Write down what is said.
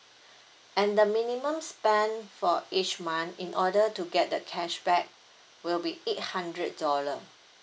and the minimum spend for each month in order to get the cashback will be eight hundred dollar